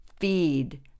feed